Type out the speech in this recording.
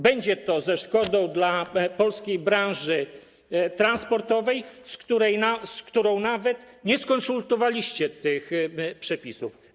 Będzie to ze szkodą dla polskiej branży transportowej, z którą nawet nie skonsultowaliście tych przepisów.